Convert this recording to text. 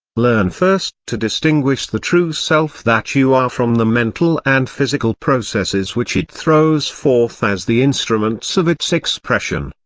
learn first to distinguish the true self that you are from the mental and physical processes which it throws forth as the instruments of its expression,